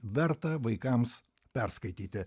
verta vaikams perskaityti